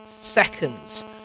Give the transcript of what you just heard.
seconds